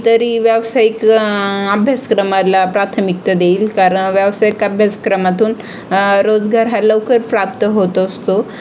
मी तरी व्यावसायिक अभ्यासक्रमाला प्राथमिकता देईल कारण व्यवसायिक अभ्यासक्रमातून रोजगार हा लवकर प्राप्त होत असतो